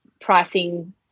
pricing